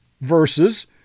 versus